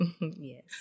Yes